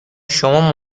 شما